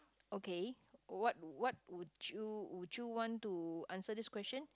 okay what what would you would you want to answer this question